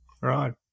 right